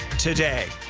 today.